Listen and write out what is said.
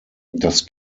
das